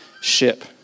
ship